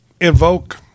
invoke